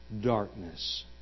darkness